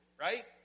right